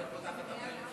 לא היית פותחת את הפה.